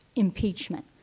impeachment,